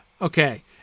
Okay